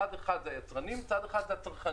צד אחד זה היצרנים, צד אחד זה הצרכנים.